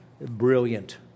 brilliant